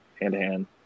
hand-to-hand